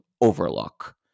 Overlook